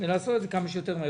ולעשות את זה כמה שיותר מהר.